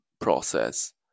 process